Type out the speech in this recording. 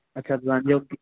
अछा तव्हांजो